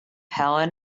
helen